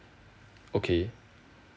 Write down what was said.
okay